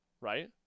right